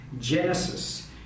Genesis